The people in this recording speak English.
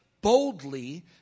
boldly